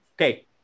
Okay